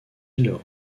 leur